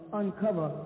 uncover